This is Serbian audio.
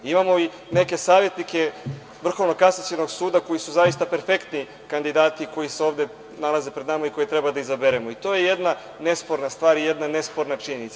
Imamo i neke savetnike Vrhovnog kasacionog suda koji su zaista perfektni kandidati koji se ovde nalaze pred nama i koje treba da izaberemo, i to je jedna nesporna stvar i jedna nesporna činjenica.